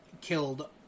killed